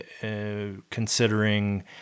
considering